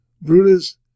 Brutus